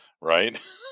Right